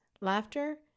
laughter